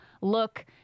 look